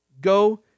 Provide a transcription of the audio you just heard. Go